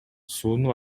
сууну